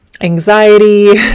anxiety